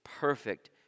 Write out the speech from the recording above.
perfect